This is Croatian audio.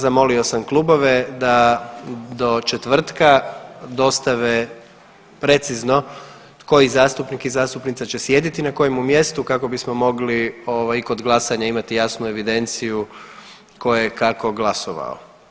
Zamolio sam klubove da do četvrtka dostave precizno koji zastupnik i zastupnica će sjediti, na kojem mjestu kako bismo mogli i kod glasanja imati jasnu evidenciju tko je kako glasovao.